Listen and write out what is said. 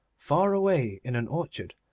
far away, in an orchard,